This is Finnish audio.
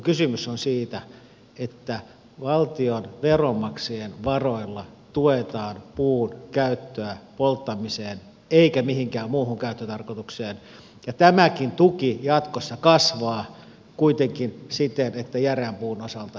kysymys on siitä että valtion veronmaksajien varoilla tuetaan puun käyttöä polttamiseen eikä mihinkään muuhun käyttötarkoitukseen ja tämäkin tuki jatkossa kasvaa kuitenkin siten että järeän puun osalta se pienenee